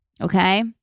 Okay